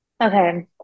Okay